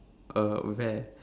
uh where